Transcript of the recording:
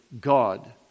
God